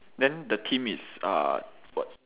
then the tim is uh what